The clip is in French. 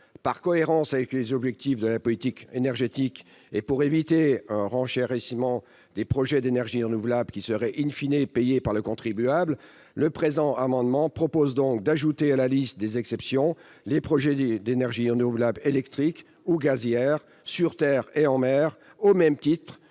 Par cohérence avec les objectifs de la politique énergétique et pour éviter un renchérissement des projets d'énergies renouvelables, qui serait payé par le contribuable, le présent amendement vise à ajouter à la liste des exceptions les projets d'énergies renouvelables électriques ou gazières, sur terre et en mer, au même titre